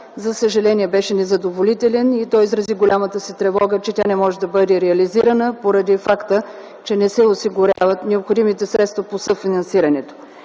за съжаление беше незадоволителен и той изрази голямата си тревога, че тя не може да бъде реализирана поради факта, че не се осигуряват необходимите средства по съфинансирането